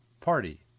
Party